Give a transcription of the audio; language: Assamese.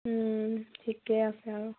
ঠিকেই আছে আৰু